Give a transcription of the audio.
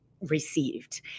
received